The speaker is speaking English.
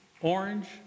Orange